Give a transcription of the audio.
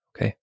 Okay